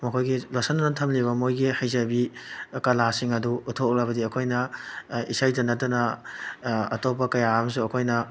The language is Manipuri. ꯃꯈꯣꯏꯒꯤ ꯂꯣꯠꯁꯤꯟꯗꯨꯅ ꯊꯝꯂꯤꯕ ꯃꯣꯏꯒꯤ ꯍꯩꯖꯕꯤ ꯀꯂꯥꯁꯤꯡ ꯑꯗꯨ ꯎꯠꯊꯣꯛꯂꯕꯗꯤ ꯑꯩꯈꯣꯏꯅ ꯏꯁꯩꯗ ꯅꯠꯇꯅ ꯑꯇꯣꯞꯄ ꯀꯌꯥ ꯑꯃꯁꯨ ꯑꯩꯈꯣꯏꯅ